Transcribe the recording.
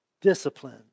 Discipline